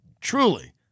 Truly